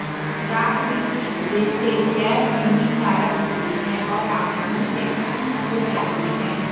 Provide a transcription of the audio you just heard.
प्राकृतिक रेशे जैव निम्नीकारक होते हैं और आसानी से ख़त्म हो जाते हैं